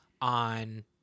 on